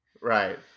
Right